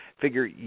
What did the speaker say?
Figure